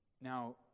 Now